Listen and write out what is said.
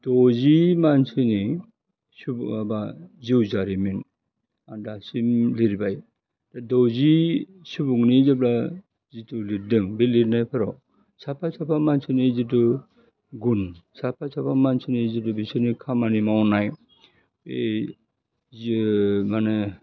दजि मानसिनि सुबुं एबा जिउ जारिमिन आर दासिम लिरबाय दा दजि सुबुंनि जेब्ला जितु लिरदों बे लिरनायफोराव साफा साफा मानसिनि जितु गुन साफा साफा मानसिनि जिथु बिसोरनि खामानि मावनाय बै जों माने